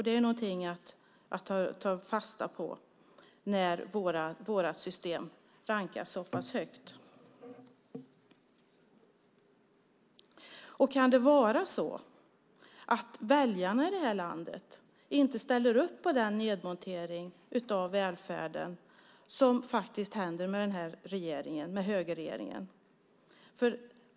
Det är något att ta fasta på att vårt system rankas så pass högt. Kan det vara så att väljarna här i landet inte ställer upp på den nedmontering av välfärden som händer med högerregeringen?